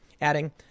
adding